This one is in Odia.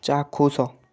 ଚାକ୍ଷୁଷ